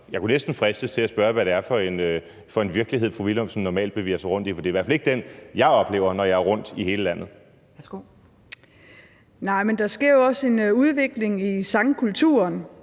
jeg kunne næsten fristes til at spørge, hvad det er for en virkelighed, fru Willumsen normalt bevæger sig rundt i, for det er i hvert fald ikke den, jeg oplever, når jeg er rundt i hele landet. Kl. 10:22 Anden næstformand